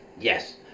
yes